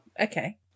Okay